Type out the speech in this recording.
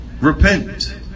repent